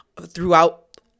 throughout